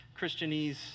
Christianese